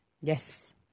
yes